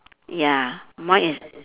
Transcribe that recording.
ya mine is